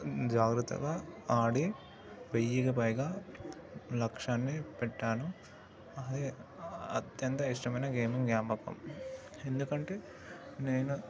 జాగ్రత్తగా ఆడి వేయికి పైగా లక్ష్యాన్ని పెట్టాను అది అత్యంత ఇష్టమైన గేమింగ్ జ్ఞాపకం ఎందుకంటే నేను